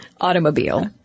automobile